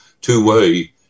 two-way